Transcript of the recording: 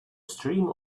streamer